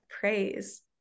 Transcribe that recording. praise